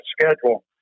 schedule